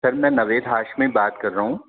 سر میں نوید ہاشمی بات کر رہا ہوں